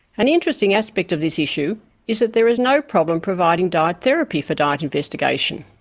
an interesting aspect of this issue is that there is no problem providing diet therapy for diet investigation.